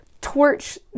torch